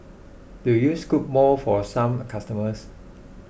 do you scoop more for some customers